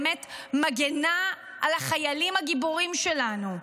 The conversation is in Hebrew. באמת מגינה על החיילים הגיבורים שלנו.